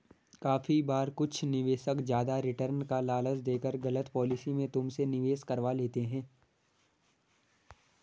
काफी बार कुछ निवेशक ज्यादा रिटर्न का लालच देकर गलत पॉलिसी में तुमसे निवेश करवा लेते हैं